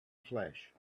flesh